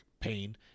pain